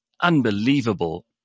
unbelievable